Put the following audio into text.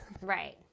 Right